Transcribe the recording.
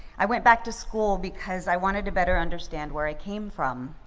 i went back to school because i wanted to better understand where i came from.